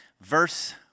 verse